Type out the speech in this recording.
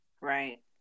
Right